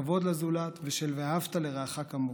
כבוד לזולת ושל "ואהבת לרעך כמוך".